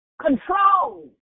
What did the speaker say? Control